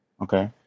okay